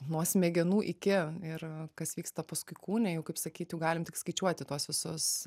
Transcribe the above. nuo smegenų iki ir kas vyksta paskui kūne jau kaip sakyt jau galim tik skaičiuoti tuos visus